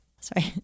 sorry